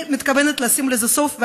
אני מתכוונת לשים לזה סוף,